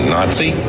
Nazi